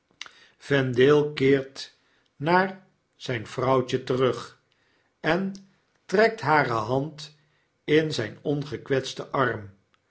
vendale keert naar zijn vrouwtje terug en trekt hare hand in zyn ongekwetsten arm